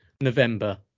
November